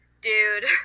Dude